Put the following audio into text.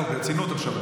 לא, ברצינות עכשיו.